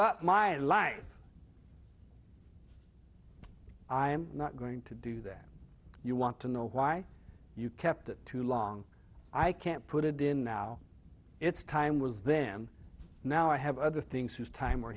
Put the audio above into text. up my life i am not going to do that you want to know why you kept it too long i can't put it in now it's time was them now i have other things whose time